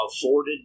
afforded